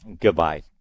Goodbye